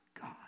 God